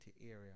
area